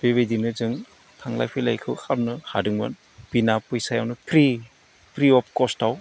बेबायदिनो जों थांलाय फैलायखौ खालामनो हादोंमोन बिना फैसायावनो फ्रि अफ कस्टआव